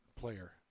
player